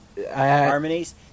harmonies